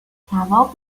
کباب